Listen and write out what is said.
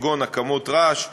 כגון הקמות רעש,